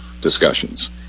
discussions